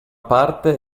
parte